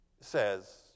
says